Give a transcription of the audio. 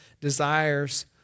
desires